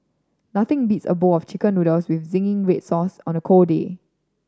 nothing beats a bowl of Chicken Noodles with zingy red sauce on a cold day